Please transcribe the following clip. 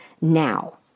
now